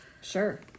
Sure